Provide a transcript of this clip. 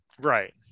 Right